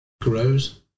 grows